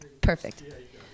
perfect